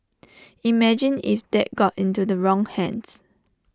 imagine if that got into the wrong hands